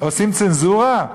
עושים צנזורה?